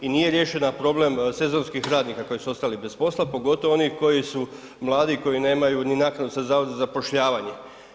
I nije riješen problem sezonskih radnika koji su ostali bez posla, pogotovo oni koji su mladi i koji nemaju ni naknadu sa Zavoda za zapošljavanje.